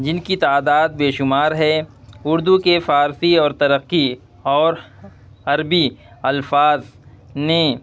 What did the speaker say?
جن کی تعداد بے شمار ہے اردو کے فارسی اور ترقی اور عربی الفاظ نے